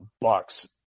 Bucks